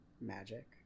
magic